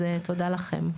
תודה לכם.